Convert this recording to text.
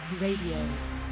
Radio